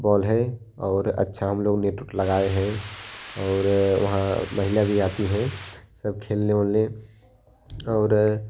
ball है और अच्छा हम लोग ने विकेट लगाए हैं और वहाँ महिला भी आती हैं सब खेलने वेलने और